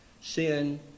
Sin